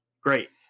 great